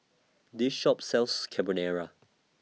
This Shop sells Carbonara